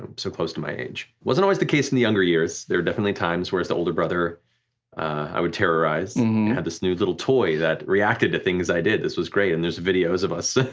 um so close to my age. wasn't always the case in the younger years. there were definitely times where as the older brother i would terrorize. i had this new little toy that reacted to things i did, this was great, and there's videos of us,